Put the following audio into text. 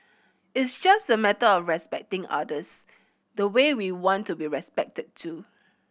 it's just a matter of respecting others the way we want to be respected too